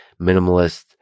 minimalist